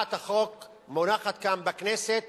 הצעת החוק מונחת כאן בכנסת